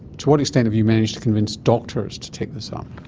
to what extent have you managed to convince doctors to take this um